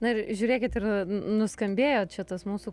na ir žiūrėkit ir nuskambėjo čia tas mūsų